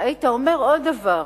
אתה היית אומר עוד דבר,